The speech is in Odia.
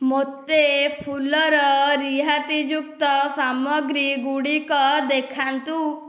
ମୋତେ ଫୁଲର ରିହାତିଯୁକ୍ତ ସାମଗ୍ରୀଗୁଡ଼ିକ ଦେଖାନ୍ତୁ